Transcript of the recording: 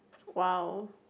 !wow!